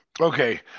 Okay